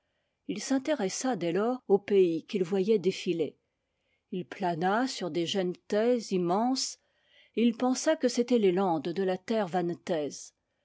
il s'in téressa dès lors aux pays qu'il voyait défiler il plana sur des genêtaies immenses et il pensa que c'étaient les landes de la terre